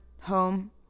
home